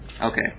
okay